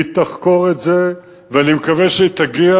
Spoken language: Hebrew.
היא תחקור את זה ואני מקווה שהיא תגיע